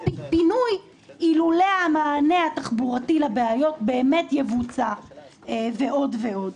פינוי אילולא המענה התחבורתי לבעיות באמת יבוצע ועוד ועוד.